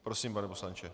Prosím, pane poslanče.